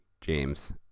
James